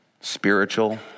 spiritual